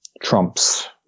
Trump's